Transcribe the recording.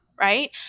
right